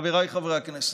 חבריי חברי הכנסת,